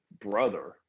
brother